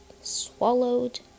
swallowed